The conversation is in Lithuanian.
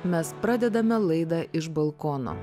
mes pradedame laidą iš balkono